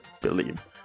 believe